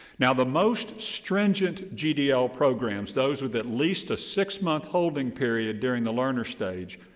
now, the most stringent gdl programs, those with at least a six-month holding period during the learner stage,